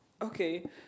Okay